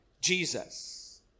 Jesus